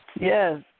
Yes